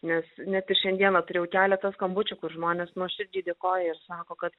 nes net ir šiandieną turėjau keletą skambučių kur žmonės nuoširdžiai dėkoja sako kad